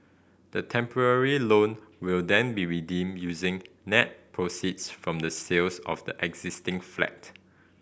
the temporary loan will then be redeemed using net proceeds from the sales of the existing flat